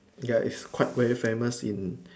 ya it's quite very famous in